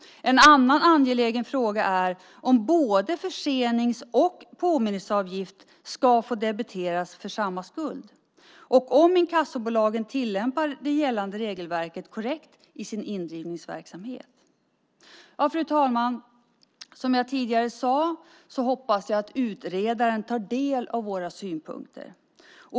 En annan angelägen fråga är om både försenings och påminnelseavgift ska få debiteras för samma skuld och om inkassobolagen tillämpar det gällande regelverket korrekt i sin indrivningsverksamhet. Fru talman! Som jag tidigare sade hoppas jag att utredaren tar del av våra synpunkter.